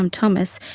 um thomas,